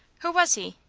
who was he?